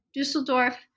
Düsseldorf